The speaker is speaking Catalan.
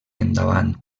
endavant